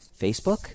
Facebook